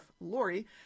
Lori